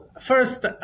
First